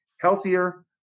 healthier